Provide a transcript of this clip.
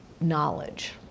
knowledge